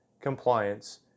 compliance